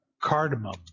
cardamom